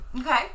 Okay